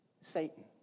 Satan